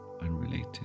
unrelated